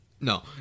No